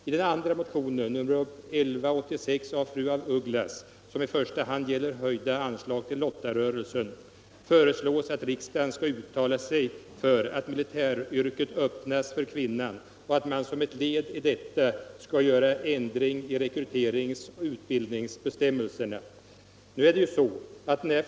I den andra motionen, nr 1186 av fru af Ugglas, som i första hand avser höjda anslag till lottarörelsen, föreslås att riksdagen skall uttala sig för att militäryrket öppnas för kvinnan och att man som ett led i detta skall ändra rekryteringsoch utbildningsbestämmelserna.